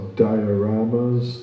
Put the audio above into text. dioramas